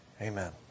Amen